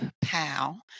pal